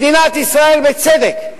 מדינת ישראל, בצדק,